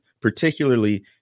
particularly